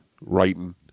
writing